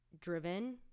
driven